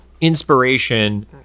inspiration